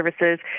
Services